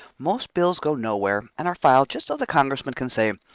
most bills go nowhere and are filed just so the congressman can say,